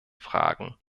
fragen